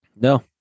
No